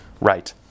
right